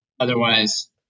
Otherwise